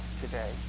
today